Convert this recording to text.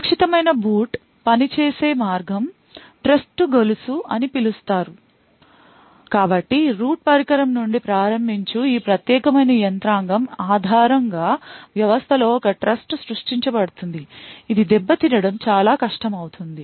సురక్షితమైన బూట్ పనిచేసే మార్గం ట్రస్ట్ గొలుసు అని పిలుస్తారు కాబట్టి రూట్ పరికరం నుండి ప్రారంభించు ఈ ప్రత్యేకమైన యంత్రాంగం ఆధారం గా వ్యవస్థ లో ఒక ట్రస్ట్ సృష్టించబడుతుంది ఇది దెబ్బతినడం చాలా కష్టం అవుతుంది